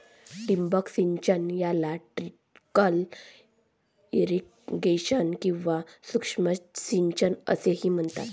ठिबक सिंचन याला ट्रिकल इरिगेशन किंवा सूक्ष्म सिंचन असेही म्हणतात